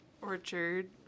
orchard